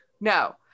No